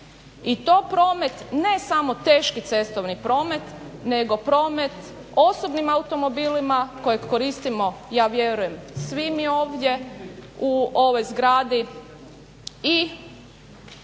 i to promet ne samo teški cestovni promet nego promet osobnim automobilima kojeg koristimo ja vjerujem svi mi ovdje u ovoj zgradi.